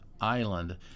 Island